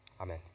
amen